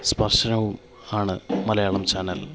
സ്പർശനവും ആണ് മലയാളം ചാനൽ